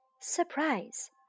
Surprise